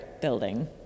building